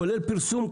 כולל פרסום,